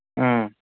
ꯎꯝ